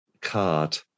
card